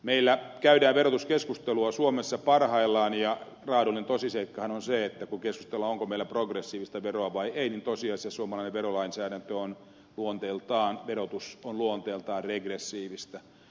meillä käydään verotuskeskustelua suomessa parhaillaan ja raadollinen tosiseikkahan on se että kun keskustellaan onko meillä progressiivista veroa vai ei niin tosiasiassa suomalainen verotus on luonteeltaan regressiivistä